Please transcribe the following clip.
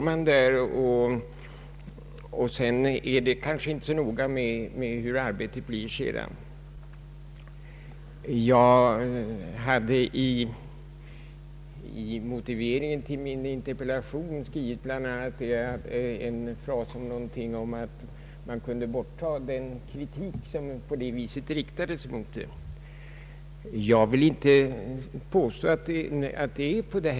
Efter kursen är det kanske inte så noga med att man får något arbete. I motiveringen till min interpellation hade jag skrivit någonting om att man möjligen kunde ta bort den kritik som i detta avseende har riktats mot omskolningskurserna. Jag tror nämligen inte att man helt kan det.